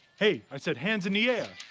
hey, i said hands in the air!